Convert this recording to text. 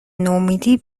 نومیدی